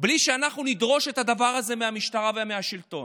בלי שאנחנו נדרוש את הדבר הזה מהמשטרה ומהשלטון.